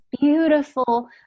beautiful